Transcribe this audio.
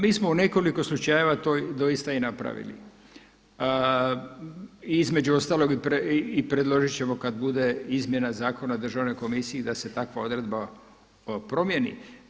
Mi smo u nekoliko slučajeva to doista i napravili i između ostalog i predložit ćemo kad bude izmjena Zakona o Državnoj komisiji da se takva odredba promjeni.